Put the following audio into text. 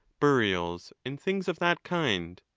burials, and things of that kind.